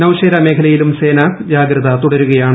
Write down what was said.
നൌഷേരാ മേഖലയിലും സേന ജാഗ്രത തുടരുകയാണ്